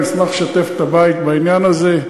אשמח לשתף את הבית בעניין הזה.